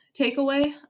takeaway